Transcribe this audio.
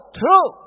true